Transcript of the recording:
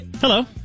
Hello